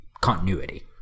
continuity